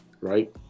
right